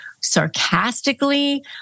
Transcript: sarcastically